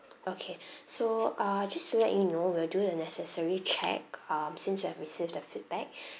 okay so ah just to let you know we are doing a necessary check um since you have received the feedback